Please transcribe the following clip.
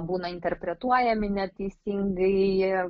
būna interpretuojami neteisingai